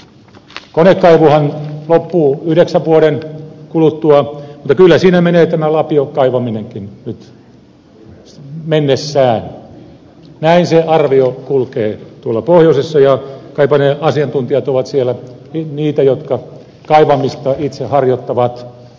konekaivuhan loppuu yhdeksän vuoden kuluttua mutta kyllä siinä menee lapiokaivaminenkin samalla näin se arvio kulkee tuolla pohjoisessa ja kaipa ne asiantuntijat ovat siellä niitä jotka kaivamista itse harjoittavat